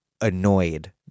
annoyed